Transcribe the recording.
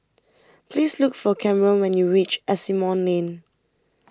please look for Camron when you reach Asimont Lane